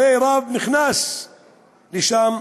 הרי רב נכנס לשם,